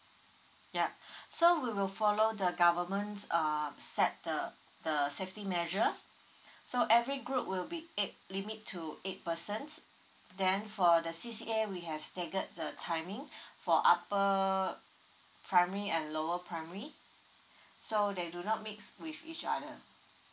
yup so we will follow the government err set the the safety measure so every group will be eight limit to eight persons then for the C C A we have staggered the timing for upper primary and lower primary so they do not mix with each other